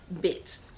bit